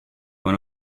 one